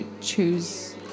choose